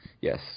Yes